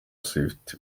swift